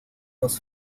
los